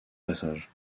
passages